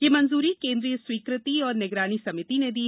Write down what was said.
यह मंजूरी केंद्रीय स्वीकृति और निगरानी समिति ने दी